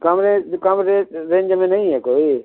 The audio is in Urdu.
کم رینج کم ریٹ رینج میں نہیں ہے کوئی